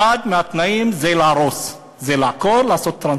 אחד מהתנאים זה להרוס, זה לעקור, לעשות טרנספר.